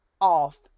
off